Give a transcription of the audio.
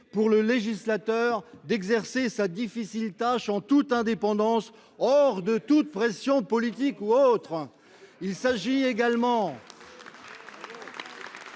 pour le législateur d’exercer sa difficile tâche en toute indépendance, hors de toute pression politique ou autre. Très bien